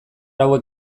hauek